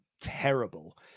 terrible